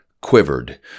quivered